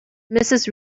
mrs